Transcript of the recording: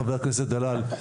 חבר הכנסת דלל,